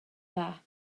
dda